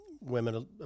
women